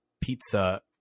pizza